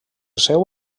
seu